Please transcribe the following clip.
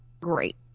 great